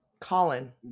Colin